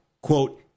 quote